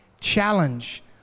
challenge